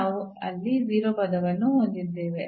ನಾವು ಅಲ್ಲಿ 0 ಪದವನ್ನು ಹೊಂದಿದ್ದೇವೆ